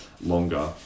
longer